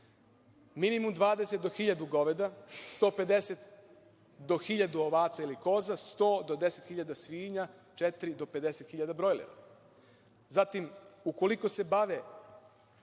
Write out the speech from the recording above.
da ima 20 do 1.000 goveda, 150 do 1.000 ovaca ili koza, 100 do 10.000 svinja, četiri do 50.000 brojlera. Zatim, ukoliko se bave